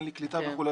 אין לי קליטה וכו'.